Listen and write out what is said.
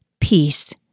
peace